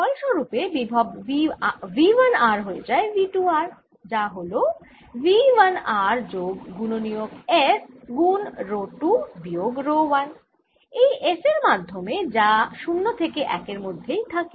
ফলস্বরুপে বিভব V 1 r হয়ে যায় V 2 r যা হল V 1 r যোগ গুণনীয়ক f গুণ রো 2 বিয়োগ রো 1 এই f এর মাধ্যমে যা 0 থেকে 1 এর মধ্যে থাকে